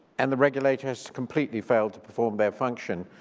and the regulator has completely failed to perform their function